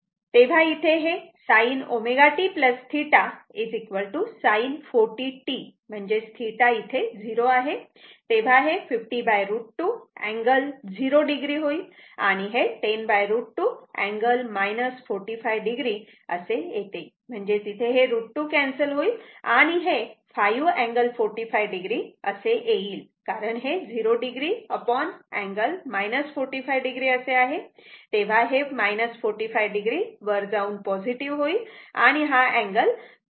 तेव्हा इथे sin ω t θ sin 40 t म्हणजेच θ 0 आहे तेव्हा हे 50 √ 2 अँगल 0 o होईल आणि हे 10 √ 2 अँगल 45 o असे लिहू शकतो म्हणजेच इथे हे √ 2 कॅन्सल होईल आणि हे 5 अँगल 45 o असे येईल कारण हे अँगल 0 o अँगल 45 o असे आहे तेव्हा हे 45 o वर जाऊन पॉझिटिव होईल आणि हा अँगल 45 o होईल